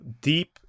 deep